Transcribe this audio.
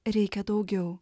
reikia daugiau